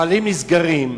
מפעלים נסגרים.